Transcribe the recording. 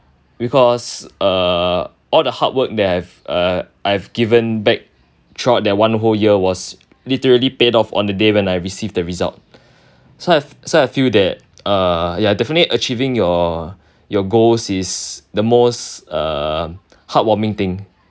because err all the hard work that I've err I've given back throughout that one whole year was literally paid off on the day when I received the result so I so I feel that err ya definitely achieving your your goals is the most uh heart warming thing